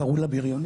קראו לה בריונית,